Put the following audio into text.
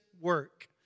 work